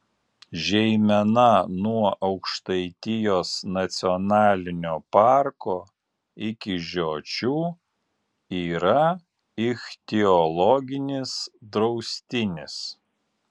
žeimena nuo aukštaitijos nacionalinio parko iki žiočių yra ichtiologinis draustinis